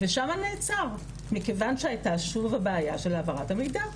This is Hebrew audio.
ושם נעצר מכיוון שהייתה שוב הבעיה של העברת המידע.